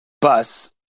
bus